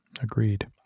Agreed